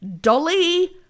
Dolly